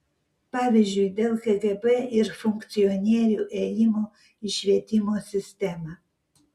pavyzdžiui dėl kgb ir funkcionierių ėjimo į švietimo sistemą